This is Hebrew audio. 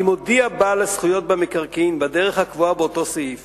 אם הודיע בעל הזכויות במקרקעין בדרך הקבועה באותו סעיף